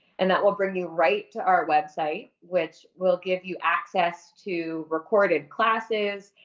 and that will bring you right to our website, which will give you access to recorded classes,